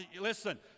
Listen